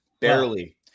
barely